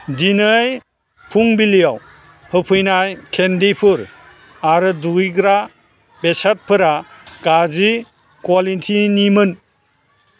दिनै फुंबिलियाव होफैनाय केन्दिफोर आरो दुगैग्रा बेसादफोरा गाज्रि क्वालिटिनिमोन